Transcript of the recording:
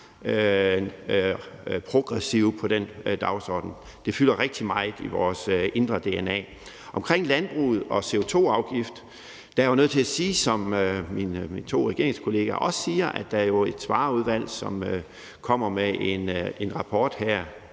progressive på den dagsorden. Det fylder rigtig meget i vores indre dna. Omkring landbruget og en CO2-afgift er jeg nødt til at sige, som mine to regeringskollegaer også siger, at der jo er et Svarerudvalg, som kommer med en rapport her